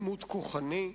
עימות כוחני,